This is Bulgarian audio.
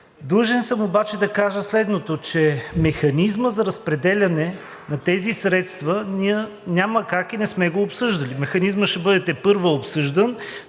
Длъжен съм обаче да кажа следното: механизмът за разпределяне на тези средства ние няма как и не сме го обсъждали. Механизмът тепърва ще бъде обсъждан,